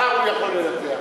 מחר הוא יכול לנתח,